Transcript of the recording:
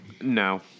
No